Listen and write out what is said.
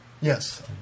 Yes